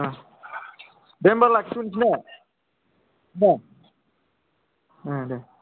अ दे दे होनबा लाखिथनोसै ने दे दे